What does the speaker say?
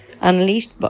unleashed